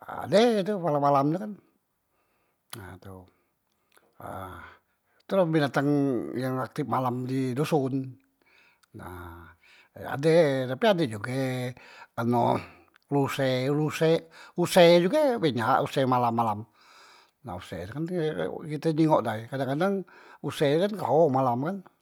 ade tu malam malam tu kan nah tu, nah tu la binatang yang aktip malam di doson nah ade, tapi ade juge anu ruse, ruse use juge benyak ruse malam malam, nah use tu kan kite jinggok day kadang- kadang use tu kan kleho malam kan.